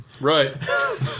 Right